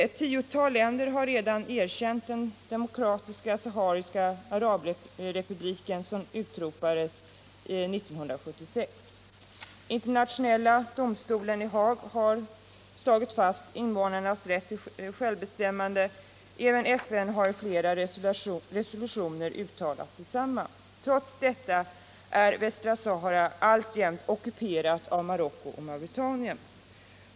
Ett tiotal länder har redan erkänt Demokratiska sahariska arabrepubliken, som utropades 1976. Internationella domstolen i Haag har slagit fast invånarnas rätt till självbestämmande. Även FN har i flera resolutioner uttalat detsamma. Trots detta är Västra Sahara alltjämt ockuperat av Marocko och Mauretanien.